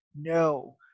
No